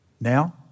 Now